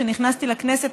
כשנכנסתי לכנסת,